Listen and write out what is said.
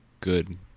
good